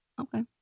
Okay